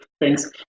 Thanks